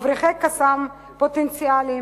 מבריחי "קסאמים" פוטנציאליים,